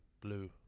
Blue